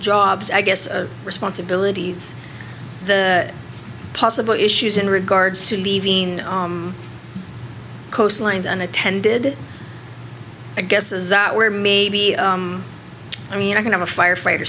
jobs i guess responsibilities the possible issues in regards to leaving coastlines and attended i guess is that where maybe i mean i can have a firefighter